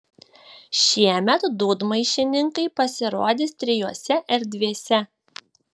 šiemet dūdmaišininkai pasirodys trijose erdvėse